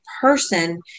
person